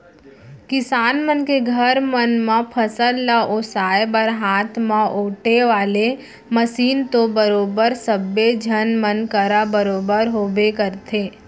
किसान मन के घर मन म फसल ल ओसाय बर हाथ म ओेटे वाले मसीन तो बरोबर सब्बे झन मन करा बरोबर होबे करथे